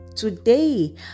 Today